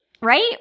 Right